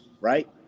right